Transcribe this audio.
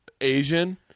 Asian